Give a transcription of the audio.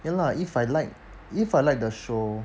ya lah if I like if I like the show